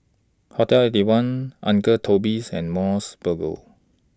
Hotel Eighty One Uncle Toby's and Mos Burger